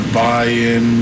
buy-in